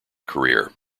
career